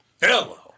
hello